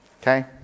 Okay